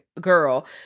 girl